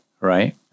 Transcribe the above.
right